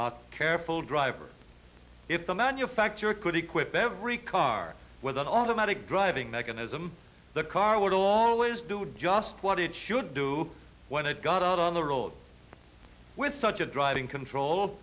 careful driver if the manufacturer could equip every car with an automatic driving mechanism the car would always do just what it should do when it got out on the road with such a drive in control